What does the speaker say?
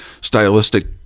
stylistic